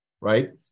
right